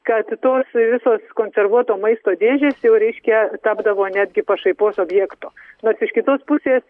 kad tos visos konservuoto maisto dėžės jau reiškia tapdavo netgi pašaipos objektu nors iš kitos pusės